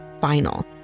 final